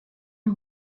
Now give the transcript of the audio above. nei